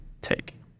take